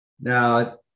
Now